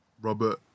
Robert